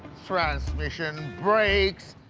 transmission, brakes.